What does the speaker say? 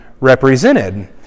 represented